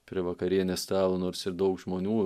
prie vakarienės stalo nors ir daug žmonių